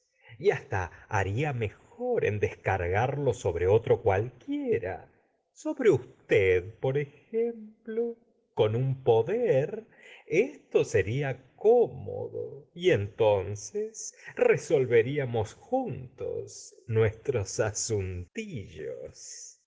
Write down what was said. y hasta haría mejor en descargarlo sobre otro cualquiera sobre usted por ejemplo con un poder esto seria cómc do y entonces resolveríamos juntos nuestros asuntillos